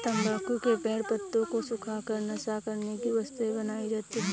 तम्बाकू के पेड़ पत्तों को सुखा कर नशा करने की वस्तु बनाई जाती है